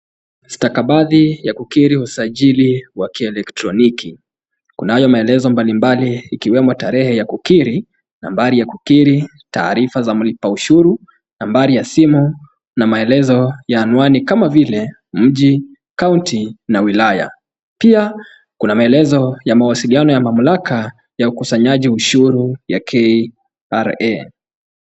Stakabadhi ya kukiri usajili wa kielektroniki. Kunayo maelezo mbalimbali ikiwemo tarehe ya kukiri, nambari ya kukiri, taarifa za mlipa ushuru, nambari ya simu na melezo ya anwani kama vile, mji, county na wilaya. Pia kuna maelezo ya mawasiliano ya mamlaka ya ukusanyaji wa ushuru ya KRA .